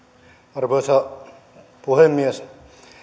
arvoisa puhemies